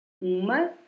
Uma